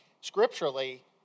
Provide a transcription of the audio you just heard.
scripturally